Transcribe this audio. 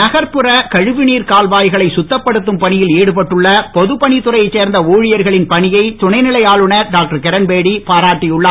நகர்புற கழிவுநீர் கால்வாய்களை சுத்தப்படுத்தும் பணியில் ஈடுபட்டுள்ள பொதுப்பணித்துறையை சேர்ந்த பல் பணி ஊழியர்களின் பணியை துணை நிலை ஆளுனர் டாக்டர் கிரண்பேடி பாராட்டி உள்ளார்